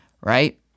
right